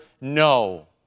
No